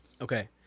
Okay